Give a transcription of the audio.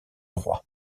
roi